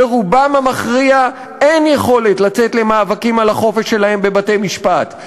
לרובם המכריע אין יכולת לצאת למאבקים על החופש שלהם בבתי-משפט.